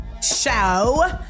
show